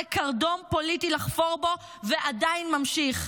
קרדום פוליטי לחפור בו ועדיין ממשיך.